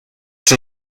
czy